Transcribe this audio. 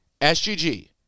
SGG